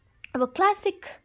अब क्लासिक